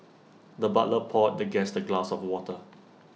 the butler poured the guest A glass of water